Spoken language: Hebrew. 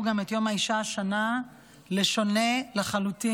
גם את יום האישה השנה לשונה לחלוטין.